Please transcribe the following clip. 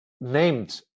named